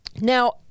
now